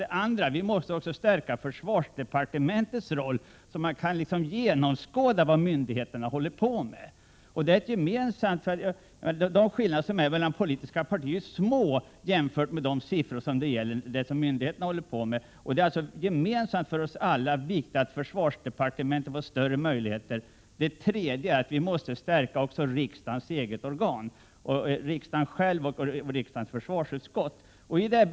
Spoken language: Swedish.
Det andra är att vi också måste stärka försvarsdepartementets roll, så att man kan genomskåda vad myndigheterna håller på med. De skillnader som föreligger mellan de politiska partiernas ståndpunkter är små jämfört med de skillnader i siffrorna som myndigheterna ansvarar för. Därför är det ett gemensamt intresse för oss alla att försvarsdepartementet får större möjligheter. Det tredje är att vi måste stärka riksdagens eget organ på området, försvarsutskottet, och riksdagen själv.